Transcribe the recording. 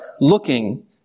looking